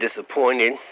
disappointed